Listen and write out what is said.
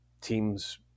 teams